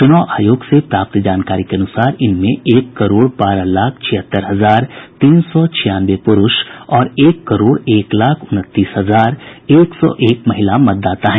चुनाव आयोग से प्राप्त जानकारी के अनुसार इनमें एक करोड़ बारह लाख छियहत्तर हजार तीन सौ छियानवे पुरूष और एक करोड़ एक लाख उनतीस हजार एक सौ एक महिला मतदाता हैं